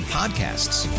podcasts